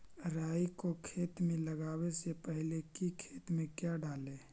राई को खेत मे लगाबे से पहले कि खेत मे क्या डाले?